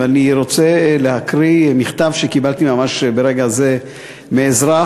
ואני רוצה להקריא מכתב שקיבלתי ממש ברגע זה מאזרח,